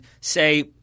say